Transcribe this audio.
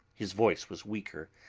his voice was weaker,